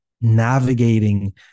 navigating